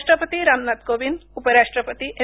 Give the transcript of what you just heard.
राष्ट्रपती रामनाथ कोविंद उपराष्ट्रपती एम